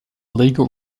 legal